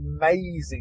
amazing